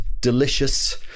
delicious